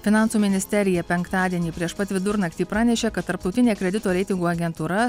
finansų ministerija penktadienį prieš pat vidurnaktį pranešė kad tarptautinė kredito reitingų agentūra